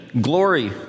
glory